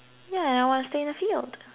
yeah and I wanna stay in the field